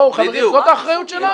בואו, חברים, זאת האחריות שלנו.